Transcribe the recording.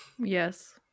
Yes